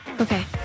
Okay